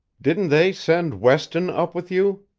didn't they send weston up with you?